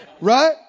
Right